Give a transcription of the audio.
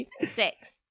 Six